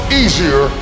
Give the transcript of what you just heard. easier